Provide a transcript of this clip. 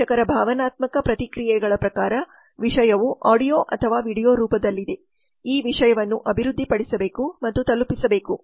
ಪ್ರೇಕ್ಷಕರ ಭಾವನಾತ್ಮಕ ಪ್ರತಿಕ್ರಿಯೆಗಳ ಪ್ರಕಾರ ವಿಷಯವು ಆಡಿಯೋ ಅಥವಾ ವೀಡಿಯೊ ರೂಪದಲ್ಲಿದೆ ಈ ವಿಷಯವನ್ನು ಅಭಿವೃದ್ಧಿಪಡಿಸಬೇಕು ಮತ್ತು ತಲುಪಿಸಬೇಕು